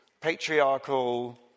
patriarchal